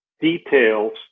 details